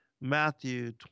Matthew